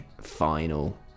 final